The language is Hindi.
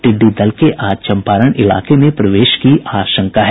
टिड्डी दल के आज चम्पारण इलाके में प्रवेश की आशंका है